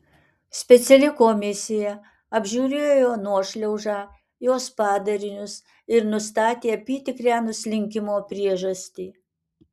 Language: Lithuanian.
speciali komisija apžiūrėjo nuošliaužą jos padarinius ir nustatė apytikrę nuslinkimo priežastį